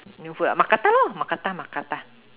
new food mookata lor mookata mookata